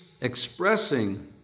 expressing